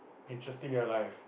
interesting your life